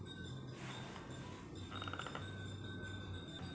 ya